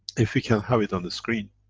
if we can have it on the screen?